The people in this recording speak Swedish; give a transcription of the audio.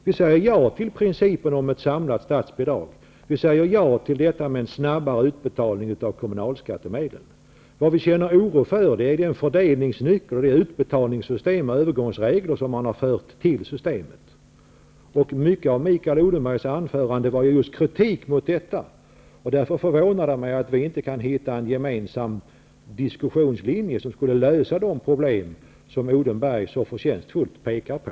Vi säger ja till principen om ett samlat statsbidrag. Vi säger ja till detta med en snabbare utbetalning av kommunalskattemedel. Vi känner oro för den fördelningsnyckel, det utbetalningssystem och de övergångsregler som man har fört till systemet. Mycket av Mikael Odenbergs anförande var ju just kritik mot detta. Därför förvånar det mig att vi inte kan hitta en gemensam diskussionslinje som skulle lösa de problem som Mikael Odenberg så förtjänstfullt pekar på.